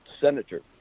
senator